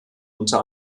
unter